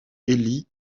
élie